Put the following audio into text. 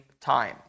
time